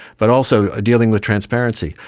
but also dealing with transparency.